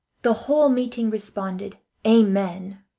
the whole meeting responded amen!